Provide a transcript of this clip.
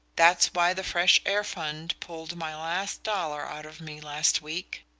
that's why the fresh air fund pulled my last dollar out of me last week.